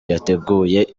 yateguye